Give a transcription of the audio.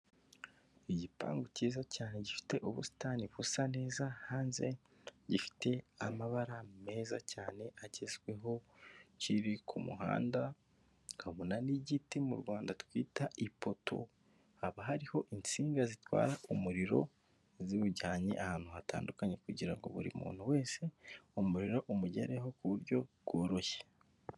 Igipangu kiza cyane gifite ubusitani busa neza, hanze gifite amabara meza cyane agezweho, kiri ku muhanda, ukabona n'igiti mu Rwanda twita ipoto, haba hariho insinga zitwara umuriro ziwujyanye ahantu hatandukanye, kugira ngo buri muntu wese umuriro umugereho ku buryo bworoshye.